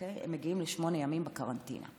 הם מגיעים לשמונה ימים בקרנטינה.